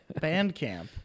Bandcamp